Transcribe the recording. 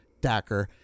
Dacker